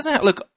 Look